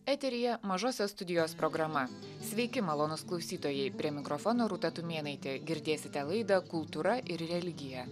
eteryje mažosios studijos programa sveiki malonūs klausytojai prie mikrofono rūta tumėnaitė girdėsite laidą kultūra ir religija